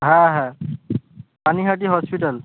হ্যাঁ হ্যাঁ পানিহাটি হসপিটাল